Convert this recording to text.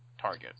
Target